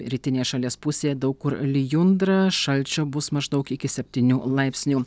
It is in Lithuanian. rytinėje šalies pusėje daug kur lijundra šalčio bus maždaug iki septynių laipsnių